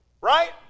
Right